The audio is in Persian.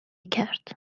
کرد